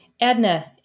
Adna